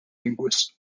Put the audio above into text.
linguist